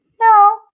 No